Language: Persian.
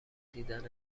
دیدن